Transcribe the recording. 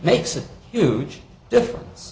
makes a huge difference